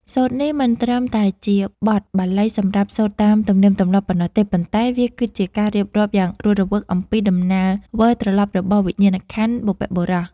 សូត្រនេះមិនត្រឹមតែជាបទបាលីសម្រាប់សូត្រតាមទំនៀមទម្លាប់ប៉ុណ្ណោះទេ ប៉ុន្តែវាគឺជាការរៀបរាប់យ៉ាងរស់រវើកអំពីដំណើរវិលត្រឡប់របស់វិញ្ញាណក្ខន្ធបុព្វបុរស។